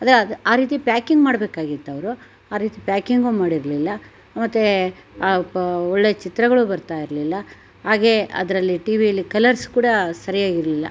ಅದೇ ಆ ರೀತಿ ಪ್ಯಾಕಿಂಗ್ ಮಾಡ್ಬೇಕಾಗಿತ್ತು ಅವರು ಆ ರೀತಿ ಪ್ಯಾಕಿಂಗೂ ಮಾಡಿರಲಿಲ್ಲ ಮತ್ತು ಆ ಪ ಒಳ್ಳೆಯ ಚಿತ್ರಗಳೂ ಬರ್ತಾ ಇರಲಿಲ್ಲ ಹಾಗೇ ಅದರಲ್ಲಿ ಟಿ ವಿಯಲ್ಲಿ ಕಲರ್ಸ್ ಕೂಡ ಸರ್ಯಾಗಿ ಇರಲಿಲ್ಲ